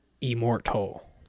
immortal